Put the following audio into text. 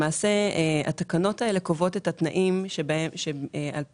התקנות האלו קובעות את התנאים שמכוחם